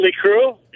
crew